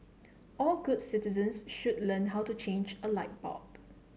all good citizens should learn how to change a light bulb